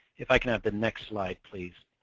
if i can have the next slide please.